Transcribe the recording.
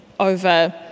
over